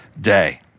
day